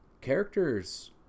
characters